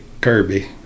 Kirby